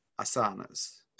asanas